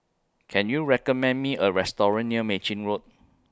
Can YOU recommend Me A Restaurant near Mei Chin Road